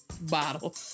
bottle